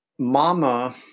Mama